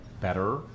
better